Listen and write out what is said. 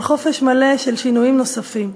על חופש מלא של שינויים נוספים.